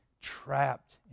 trapped